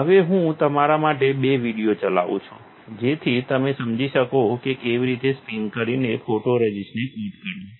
હવે હું તમારા માટે બે વિડિયો ચલાવું છું જેથી તમે સમજી શકો કે કેવી રીતે સ્પિન કરીને ફોટોરઝિસ્ટને કોટ કરવું